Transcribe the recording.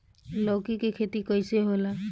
लौकी के खेती कइसे होला?